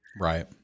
Right